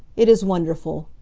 it is wonderful.